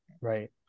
Right